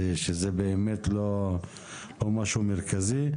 שזה באמת לא משהו מרכזי.